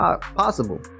possible